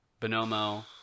Bonomo